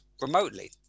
remotely